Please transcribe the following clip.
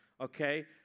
okay